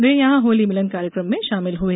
वे यहां होली मिलन कार्यक्रम में शामिल हुए